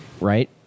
right